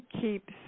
keeps